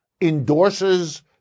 endorses